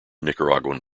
nicaraguan